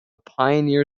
pioneer